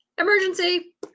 emergency